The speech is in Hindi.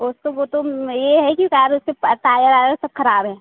उसको वह तो यह है कि सारे उसके टायर वायर सब ख़राब हैं